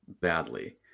badly